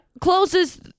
closes